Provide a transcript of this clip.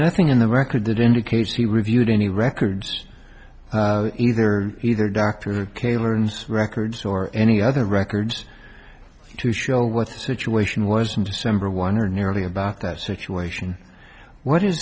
nothing in the record that indicates he reviewed any records either either dr kay learns records or any other records to show what the situation was and december one or nearly about that situation what is